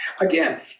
Again